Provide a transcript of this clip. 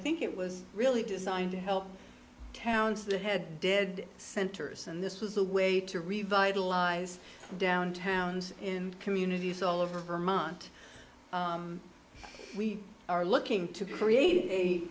think it was really designed to help towns the head dead center and this was a way to revitalize downtowns in communities all over vermont we are looking to create a